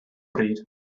bryd